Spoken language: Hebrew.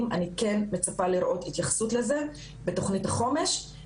אני כן מצפה לראות התייחסות לזה בתוכנית החומש.